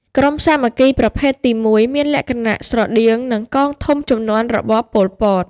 ក្រុមសាមគ្គីប្រភេទទី១ មានលក្ខណៈស្រដៀងនឹងកងធំជំនាន់របបប៉ុលពត។